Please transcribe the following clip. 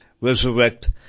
resurrect